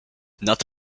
nad